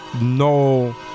no